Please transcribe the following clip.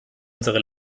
unsere